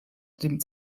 dem